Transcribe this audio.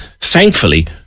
thankfully